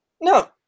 No